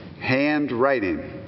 handwriting